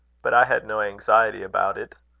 but i had no anxiety about it.